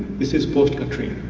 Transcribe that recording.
this is post katrina.